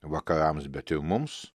vakarams bet ir mums